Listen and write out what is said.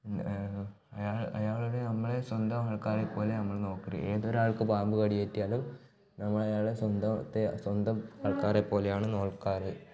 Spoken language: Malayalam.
അയാൾ അയാളുടെ നമ്മളെ സ്വന്തം ആൾക്കാരെ പോലെ നമ്മൾ നോക്കൽ ഏതൊരാൾക്ക് പാമ്പു കടിയേറ്റാലും നമ്മൾ അയാളെ സ്വന്തം സ്വന്തത്തെ സ്വന്തം ആൾക്കാരെ പോലെ ആണ് നോക്കാറ്